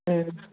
ꯎꯝ